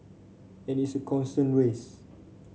and it's a constant race